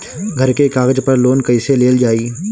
घर के कागज पर लोन कईसे लेल जाई?